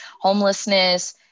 homelessness